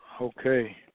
Okay